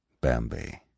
Bambi